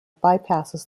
bypasses